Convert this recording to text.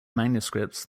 manuscripts